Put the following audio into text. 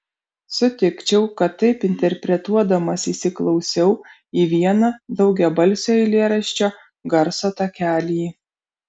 sutikčiau kad taip interpretuodamas įsiklausiau į vieną daugiabalsio eilėraščio garso takelį